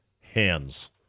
hands